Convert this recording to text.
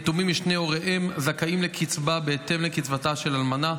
יתומים משני הוריהם זכאים לקצבה בהתאם לקצבתה של אלמנה.